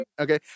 Okay